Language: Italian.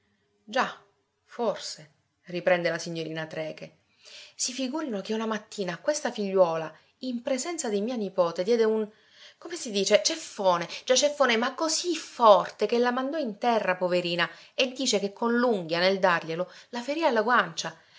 già forse riprende la signorina trecke si figurino che una mattina a questa figliuola in presenza di mia nipote diede un come si dice ceffone già ceffone ma così forte che la mandò in terra poverina e dice che con l'unghia nel darglielo la ferì alla guancia